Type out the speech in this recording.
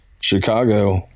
Chicago